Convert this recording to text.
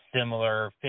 similar